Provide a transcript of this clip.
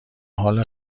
حال